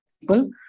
people